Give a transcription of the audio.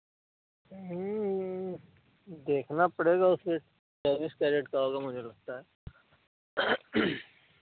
देखना पड़ेगा उसमें चौबीस क्यारेट का होगा मुझे लगता है